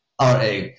RA